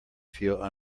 feel